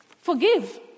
Forgive